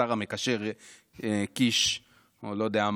השר המקשר קיש או לא יודע,